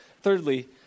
Thirdly